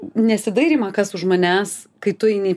nesidairymą kas už manęs kai tu eini